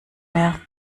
mehr